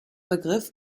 begriff